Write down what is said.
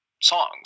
songs